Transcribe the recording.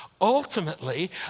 ultimately